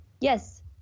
Yes